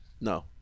No